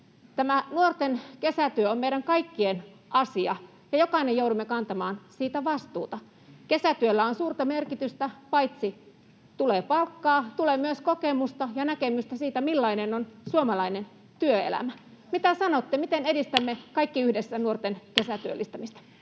Nuorten kesätyö on meidän kaikkien asia, ja jokainen joudumme kantamaan siitä vastuuta. Kesätyöllä on suurta merkitystä: tulee paitsi palkkaa myös kokemusta ja näkemystä siitä, millainen on suomalainen työelämä. Mitä sanotte, miten edistämme kaikki yhdessä nuorten kesätyöllistämistä?